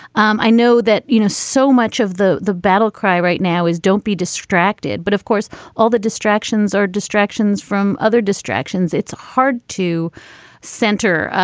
um i know that you know so much of the the battle cry right now is don't be distracted. but of course all the distractions are distractions from other distractions it's hard to center.